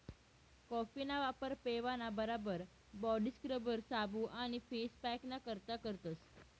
कॉफीना वापर पेवाना बराबर बॉडी स्क्रबर, साबू आणि फेस पॅकना करता करतस